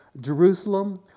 Jerusalem